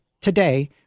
today